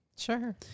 Sure